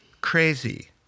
crazy